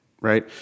right